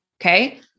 Okay